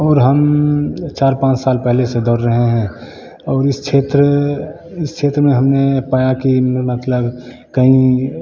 और हम चार पाँच साल पहले से दौड़ रहे हैं और इस क्षेत्र इस क्षेत्र में हमने पाया कि मतलब कहीं